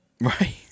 Right